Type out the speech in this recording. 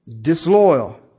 Disloyal